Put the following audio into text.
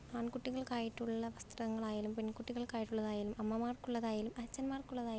ആൺകുട്ടികൾക്കായിട്ടുള്ള വസ്ത്രങ്ങളായാലും പെൺകുട്ടികൾക്കായിട്ടുള്ളതായാലും അമ്മമാർക്കുളളതായാലും അച്ഛന്മാർക്കുള്ളതായാലും